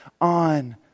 on